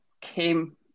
came